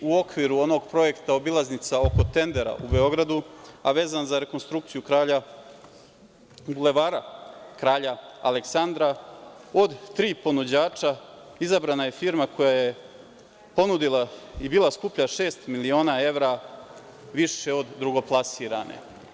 U okviru onog projekta obilaznica oko tendera u Beogradu, a vezano za rekonstrukciju Bulevara Kralja Aleksandra, od tri ponuđača izabrana je firma koja je ponudila i bila skuplja šest miliona evra više od drugoplasirane.